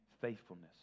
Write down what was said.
faithfulness